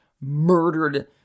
murdered